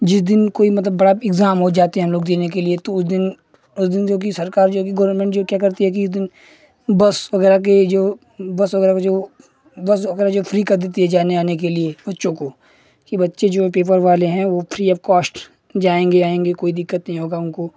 जिस दिन कोई मतलब बड़ा एक्ज़ाम हो जाते हैं हम लोग देने के लिए तो उस दिन उस दिन जो कि सरकार जो कि गौरमेंट जो क्या करती है कि उस दिन बस वगैरह के जो बस वगैरह का जो बस वगैरह जो फ्री कर देती है जाने आने के लिए बच्चों को कि बच्चे जो हैं पेपर वाले हैं वो फ्री ऑफ कोश्ट जाएंगे आएंगे कोई दिक्कत नही होगा उनको